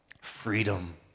Freedom